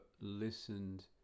listened